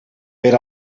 per